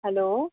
hello